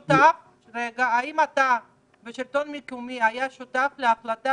האם אתה והשלטון המקומי הייתם שותפים להחלטה